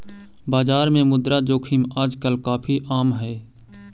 बाजार में मुद्रा जोखिम आजकल काफी आम हई